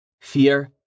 Fear